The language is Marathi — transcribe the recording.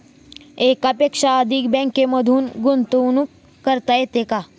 एकापेक्षा अधिक बँकांमध्ये गुंतवणूक करता येते का?